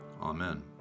Amen